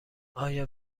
آیا